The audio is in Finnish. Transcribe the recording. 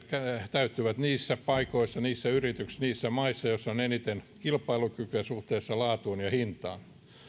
täyttyvät niissä paikoissa niissä yrityksissä niissä maissa joissa on eniten kilpailukykyä suhteessa laatuun ja hintaan